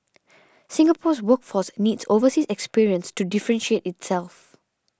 Singapore's workforce needs overseas experience to differentiate itself